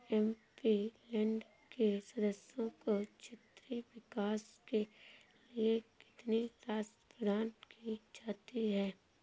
MP land के सदस्यों को क्षेत्रीय विकास के लिए कितनी राशि प्रदान की जाती है?